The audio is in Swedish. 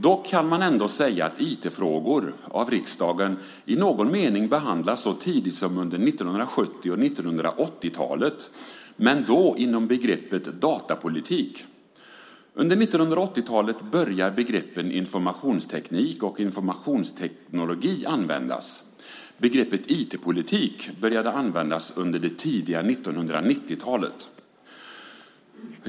Dock kan man ändå säga att IT-frågor i någon mening behandlats av riksdagen så tidigt som under 1970 och 1980-talen, men då inom området "datapolitik". Under 1980-talet började begreppen "informationsteknik" och "informationsteknologi" att användas. Begreppet "IT-politik" började användas under det tidiga 1990-talet.